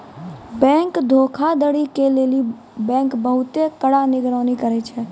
bank धोखाधड़ी के लेली बैंक बहुते कड़ा निगरानी करै छै